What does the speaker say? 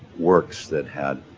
works that had